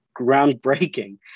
groundbreaking